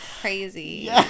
crazy